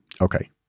Okay